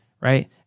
Right